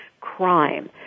crime